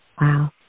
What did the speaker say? wow